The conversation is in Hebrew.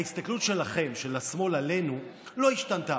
ההסתכלות שלכם, של השמאל, עלינו, לא השתנתה.